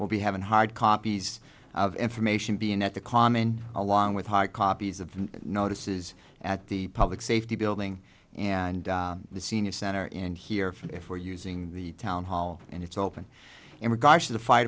will be having a hard copies of information being at the common along with hard copies of notices at the public safety building and the senior center in here from if we're using the town hall and it's open in regards to the fire